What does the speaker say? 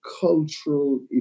cultural